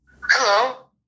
Hello